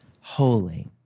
holy